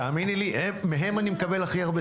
תאמיני לי, מהם אני מקבל הכי הרבה טלפונים.